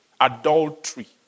adultery